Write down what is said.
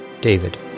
David